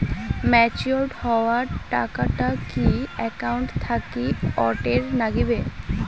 Matured হওয়া টাকাটা কি একাউন্ট থাকি অটের নাগিবে?